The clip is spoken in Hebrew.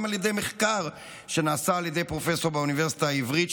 על ידי מחקר שנעשה על ידי פרופסור באוניברסיטה העברית,